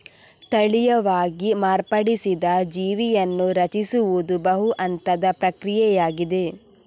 ತಳೀಯವಾಗಿ ಮಾರ್ಪಡಿಸಿದ ಜೀವಿಯನ್ನು ರಚಿಸುವುದು ಬಹು ಹಂತದ ಪ್ರಕ್ರಿಯೆಯಾಗಿದೆ